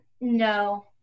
No